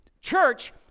Church